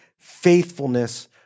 faithfulness